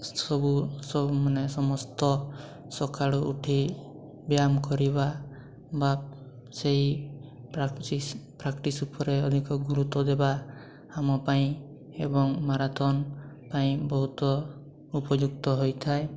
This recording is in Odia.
ସବୁ ସବୁ ମାନେ ସମସ୍ତ ସକାଳୁ ଉଠି ବ୍ୟାୟାମ କରିବା ବା ସେଇ ପ୍ରାକ୍ଟିସ୍ ପ୍ରାକ୍ଟିସ୍ ଉପରେ ଅଧିକ ଗୁରୁତ୍ୱ ଦେବା ଆମ ପାଇଁ ଏବଂ ମାରାଥନ୍ ପାଇଁ ବହୁତ ଉପଯୁକ୍ତ ହୋଇଥାଏ